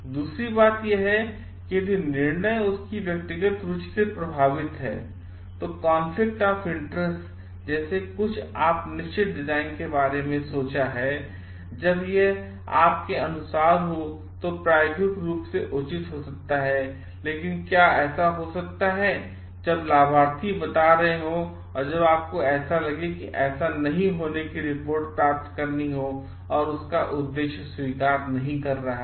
दूसरी बात यह है कि यदि निर्णय उसकी व्यक्तिगत रूचि से प्रभावित हो जैसे कि आपने कुछ निश्चित डिजाइन के बारे में सोचा है लेकिन जब यह आपके अनुसार हो तो प्रायोगिक रूप से उचित हो सकता है लेकिन क्या ऐसा हो सकता है जब लाभार्थी बता रहे हों तब आपको ऐसा लगे ऐसा नहीं होने की रिपोर्ट प्राप्त करना उनके उद्देश्य को स्वीकार नहीं कर रहा है